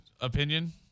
opinion